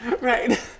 Right